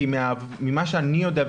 כי ממה שאני יודע,